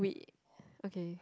we okay